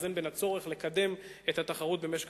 המאזן בין הצורך לקדם את התחרות במשק